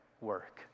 work